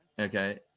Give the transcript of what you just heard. Okay